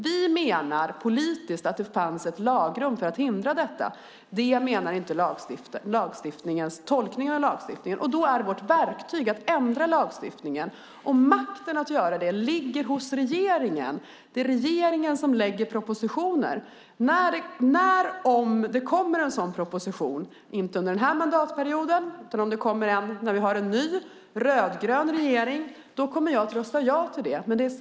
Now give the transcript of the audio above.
Vi menar politiskt att det fanns ett lagrum för att hindra detta. Det menar man inte vid tolkningen av lagstiftningen. Då är vårt verktyg att ändra lagstiftningen. Makten att göra det ligger hos regeringen. Det är regeringen som lägger fram propositioner. När och om det kommer en sådan proposition - inte under den här mandatperioden utan när vi har en ny, rödgrön regering - kommer jag att rösta ja till den.